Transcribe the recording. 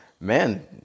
man